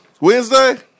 Wednesday